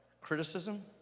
criticism